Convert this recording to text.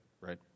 Right